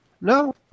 No